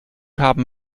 haben